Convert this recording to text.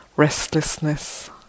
restlessness